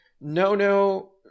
Nono